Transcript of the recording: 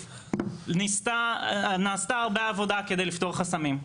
נעשתה הרבה עבודה כדי לפתור חסמים.